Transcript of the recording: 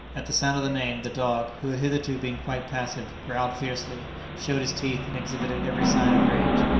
at the sound of the name, the dog, who had hitherto been quite passive, growled fiercely, showed his teeth, and exhibited every sign of rage.